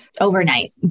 overnight